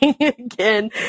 again